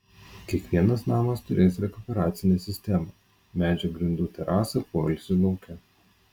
kiekvienas namas turės rekuperacinę sistemą medžio grindų terasą poilsiui lauke